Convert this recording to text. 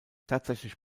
tatsächlich